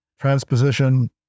Transposition